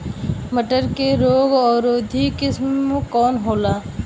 मटर के रोग अवरोधी किस्म कौन होला?